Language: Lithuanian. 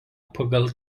pagal